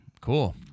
cool